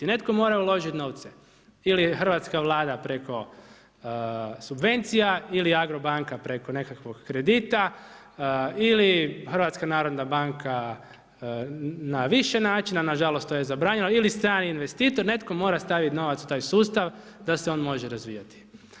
Netko mora uložiti novce ili hrvatska vlada preko subvencija ili AGRO banka preko nekakvog kredita ili HNB na više načina, nažalost, to je zabranjeno ili strani investitor, netko mora staviti novac u taj sustav, da se može razvijati.